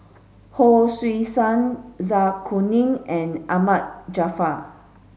Hon Sui Sen Zai Kuning and Ahmad Jaafar